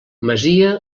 masia